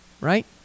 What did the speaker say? Right